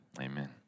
amen